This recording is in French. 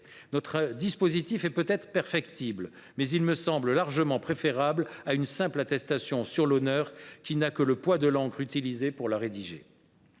notre dispositif est peut être perfectible, mais il me semble largement préférable à une simple attestation sur l’honneur, qui n’a d’autre valeur que celle de l’encre utilisée pour la rédiger.